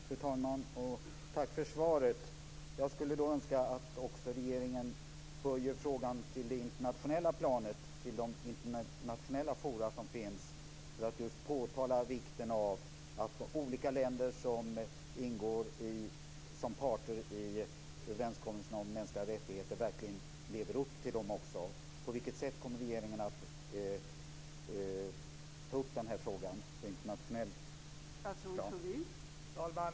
Fru talman! Tack så mycket för svaret. Jag skulle önska att regeringen också höjer frågan till det internationella planet, till de internationella fora som finns, för att påtala vikten av att olika länder som ingår som parter i överenskommelserna om mänskliga rättigheter verkligen också lever upp till dessa. På vilket sätt kommer regeringen att ta upp den här frågan på ett internationellt plan?